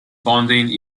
bonding